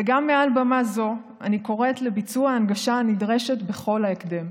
וגם מעל במה זו אני קוראת לביצוע ההנגשה הנדרשת בהקדם,